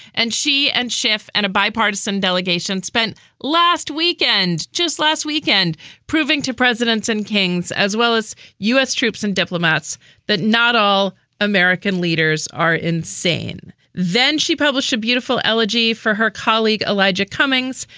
and she and schiff and a bipartisan delegation spent last weekend just last weekend proving to presidents and kings as well as u s. troops and diplomats that not all american leaders are insane. then she published a beautiful elegy for her colleague elijah cummings.